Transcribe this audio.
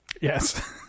Yes